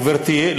גברתי,